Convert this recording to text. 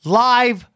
live